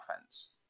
offense